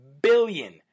Billion